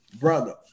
Brother